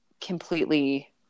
completely